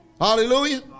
Hallelujah